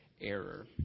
error